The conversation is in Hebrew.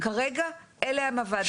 כרגע אלה הן הוועדות.